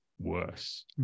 worse